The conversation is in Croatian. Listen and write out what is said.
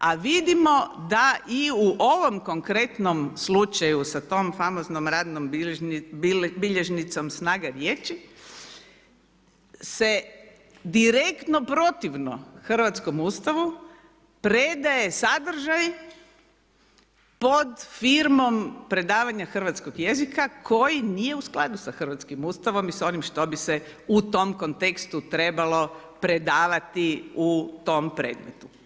A vidimo da i u ovom konkretnom slučaju sa tom famoznom radnom bilježnicom snaga riječi se direktno protivno hrvatskom Ustavu predaje sadržaj pod firmom predavanja hrvatskog jezika, koji nije u skladu sa hrvatskim Ustavom i sa onim što bi se u tom kontekstu trebalo predavati u tom predmetu.